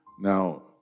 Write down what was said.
Now